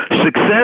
Success